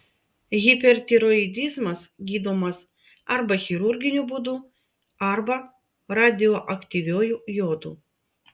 hipertiroidizmas gydomas arba chirurginiu būdu arba radioaktyviuoju jodu